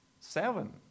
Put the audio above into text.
seven